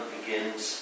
begins